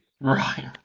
Right